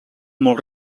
molt